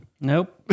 Nope